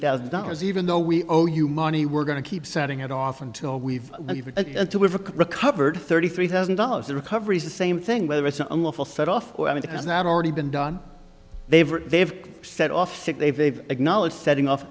thousand dollars even though we owe you money we're going to keep sending it off until we've recovered thirty three thousand dollars the recovery is the same thing whether it's an unlawful set off or i mean that's not already been done they've they've said off sick they've they've acknowledged setting off